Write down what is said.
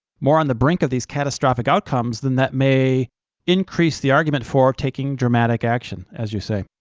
more on the brink of these catastrophic outcomes, then that may increase the argument for taking dramatic action, as you say.